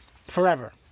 forever